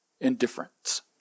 Indifference